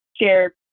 share